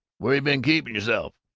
where you been keepin' yourself?